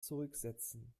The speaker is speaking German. zurücksetzen